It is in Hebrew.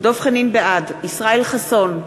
בעד ישראל חסון,